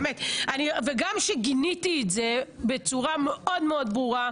גם כשגיניתי את זה בצורה מאוד-מאוד ברורה,